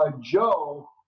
Joe